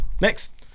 Next